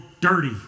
dirty